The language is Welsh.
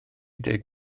deg